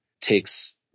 takes